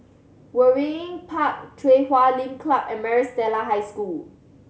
Waringin Park Chui Huay Lim Club and Maris Stella High School